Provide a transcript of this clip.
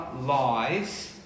lies